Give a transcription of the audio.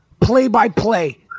play-by-play